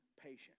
patient